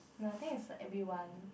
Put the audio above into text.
no I think it's like everyone